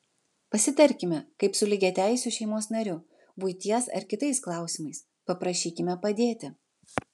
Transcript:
pasitarkime kaip su lygiateisiu šeimos nariu buities ar kitais klausimais paprašykime padėti